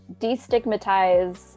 destigmatize